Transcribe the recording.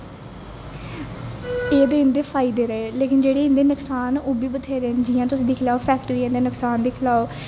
एह ते इंदे फायदे रेह् लेकिन जेहडे़ इंदे नुक्सान ओह् वी बथेरे ना जियां तुस दिक्खी लैओ फैक्टरी दे नुक्सान दिक्खी लैओ